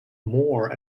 more